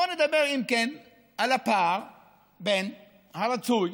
בואו נדבר, אם כן, על הפער בין הרצוי